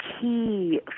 key